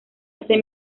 hace